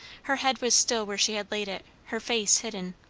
her head was still where she had laid it her face hidden.